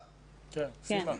כן.